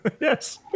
Yes